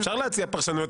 אני יכול להציע גם פרשנויות,